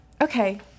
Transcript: Okay